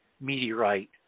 meteorite